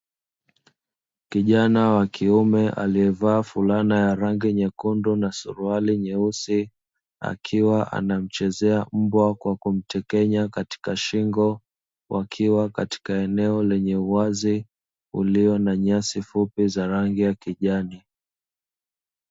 Kijana wa kiume alievaa fulana ya rangi nyekundu na suruali nyeusi, akiwa anamchezea mbwa kwa kumtekenya katika shingo; wakiwa katika eneo lenye uwazi ulio na nyasi fupi za rangi ya kijani.